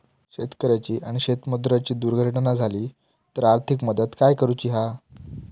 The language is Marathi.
शेतकऱ्याची आणि शेतमजुराची दुर्घटना झाली तर आर्थिक मदत काय करूची हा?